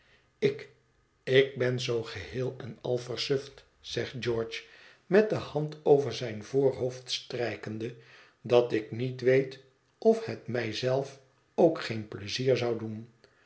ik ik ben zoo geheel en al versuft zegt george met de hand over zijn voorhoofd strijkende dat ik niét weet of het mij zelf ook geen pleizier zou doen